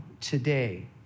today